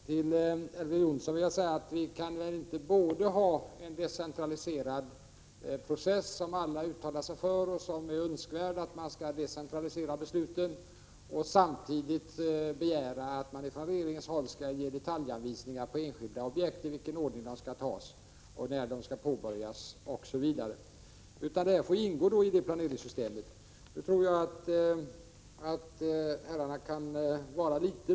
Till Elver Jonsson vill jag säga att det icke är möjligt att både ha en decentraliserad beslutsprocess, som alla uttalar sig för, och samtidigt begära att regeringen skall ge detaljanvisningar om enskilda objekt, i vilken ordning de skall genomföras, när de skall påbörjas osv. Det får i stället ingå i planeringssystemet. Herrarna kan vara lugna tills vidare.